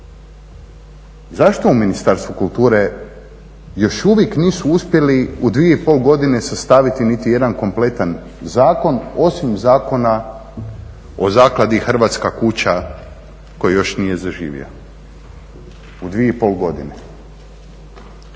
Zašto u Ministarstvu kulture još uvijek nisu uspjeli u 2,5 godine sastaviti niti jedan kompletan zakon osim Zakona o zakladi Hrvatska kuća koji još nije zaživio u 2,5 godine?